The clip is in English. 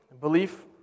Belief